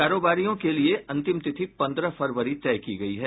कारोबारियों के लिए अंतिम तिथि पन्द्रह फरवरी तय की गयी है